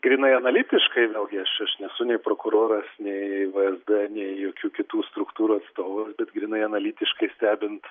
grynai analitiškai vėlgi aš aš nesu nei prokuroras nei vsd nei jokių kitų struktūrų atstovas bet grynai analitiškai stebint